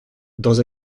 dans